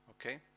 Okay